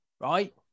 right